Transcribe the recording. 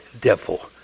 devil